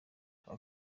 kwa